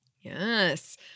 Yes